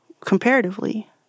comparatively